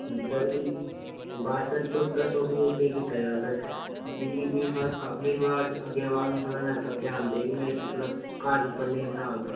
sir बस sir तुस दस्सो भी केह् कीता जा सर की जे में थोह्ड़ा में थोह्ड़ा अग्गें बाद थोह्ड़ा में न्हाड़े पर ध्यान देङ में इसी थोह्ड़ा घर बी पढ़ने ई बठालगा